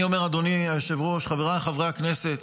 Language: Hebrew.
אני אומר, אדוני היושב-ראש, חבריי חברי הכנסת,